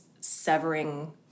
severing